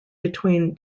between